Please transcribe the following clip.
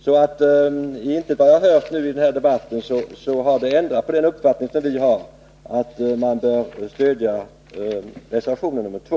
Ingenting som jag har hört i den här debatten har ändrat min uppfattning att man bör stödja reservation nr 2.